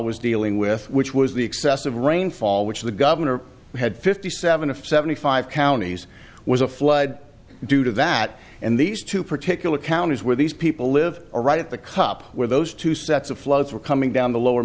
was dealing with which was the excessive rainfall which the governor had fifty seven of seventy five counties was a flood due to that and these two particular counties where these people live right at the cup where those two sets of floats were coming down the lower